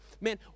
man